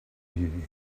you